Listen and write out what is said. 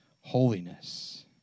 holiness